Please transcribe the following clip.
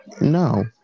No